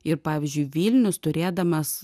ir pavyzdžiui vilnius turėdamas